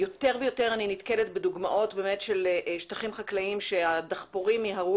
יותר ויותר אני נתקלת בדוגמאות של שטחים חקלאיים שהדחפורים מיהרו